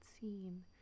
seen